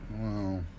Wow